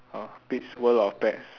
!huh! pete's world of pets